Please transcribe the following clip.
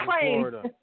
Florida